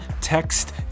text